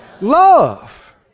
love